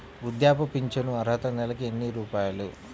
వృద్ధాప్య ఫింఛను అర్హత నెలకి ఎన్ని రూపాయలు?